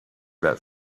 that